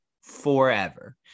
forever